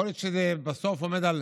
יכול להיות שזה בסוף עומד על